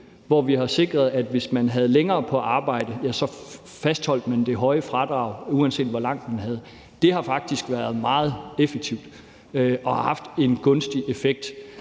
hvor vi har sikret, at hvis man havde længere på arbejde, fastholdt man det høje fradrag, uanset hvor langt man havde, faktisk har været meget effektiv og haft en gunstig effekt.